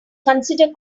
consider